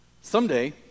Someday